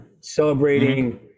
celebrating